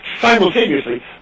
simultaneously